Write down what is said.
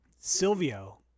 Silvio